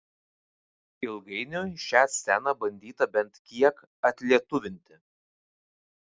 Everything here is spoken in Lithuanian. ilgainiui šią sceną bandyta bent kiek atlietuvinti